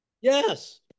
yes